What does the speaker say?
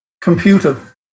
computer